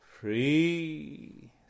free